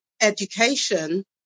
education